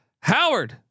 Howard